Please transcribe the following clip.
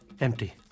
empty